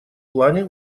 плане